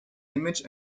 image